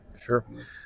Sure